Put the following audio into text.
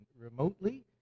remotely